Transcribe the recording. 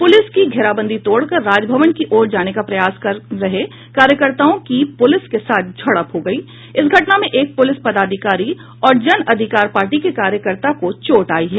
police की घेराबंदी तोडकर राजभवन की ओर जाने का प्रयास कर रहे कार्यकर्ताओं की पुलिस के साथ झड़प हो गयी इस घटना में एक पुलिस पदाधिकारी और जन अधिकार पार्टी के कार्यकर्ता को चोट आयी है